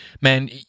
Man